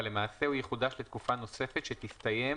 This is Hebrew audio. אבל, למעשה, הוא יחודש לתקופה נוספת שתסתיים